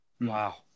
Wow